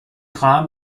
خواهم